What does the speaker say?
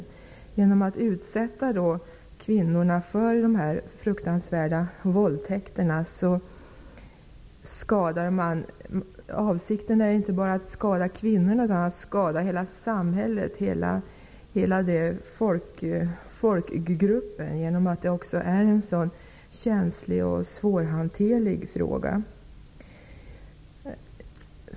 Kvinnorna utsätts för de här fruktansvärda våldtäkterna, men avsikten är inte bara att skada kvinnorna utan att skada hela samhället, hela folkgruppen. Detta är ju en mycket känslig och svårhanterlig fråga.